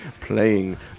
playing